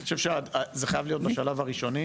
אני חושב שזה חייב להיות בשלב הראשוני.